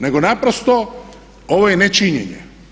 Nego naprosto ovo je nečinjenje.